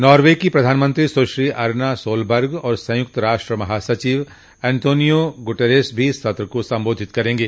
Norway की प्रधानमंत्री सुश्री अरना सोलबर्ग और संयुक्त राष्ट्र महासचिव अंतोनियो गुतेरस भी सत्र को संबोधित करेंगे